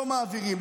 לא מעבירים.